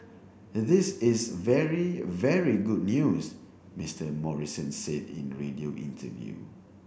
this is very very good news Mister Morrison said in a radio interview